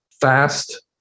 fast